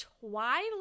twilight